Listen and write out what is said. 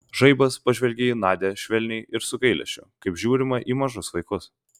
žaibas pažvelgė į nadią švelniai ir su gailesčiu kaip žiūrima į mažus vaikus